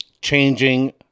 changing